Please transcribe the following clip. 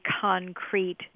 concrete